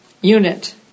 unit